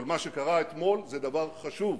אבל מה שקרה אתמול זה דבר חשוב.